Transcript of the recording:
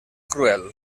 cruel